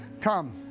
Come